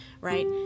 Right